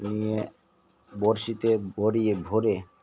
নিয়ে বড়শিতে বরিয়ে ভরে